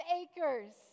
acres